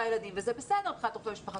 ילדים וזה בסדר מבחינת רופא המשפחה.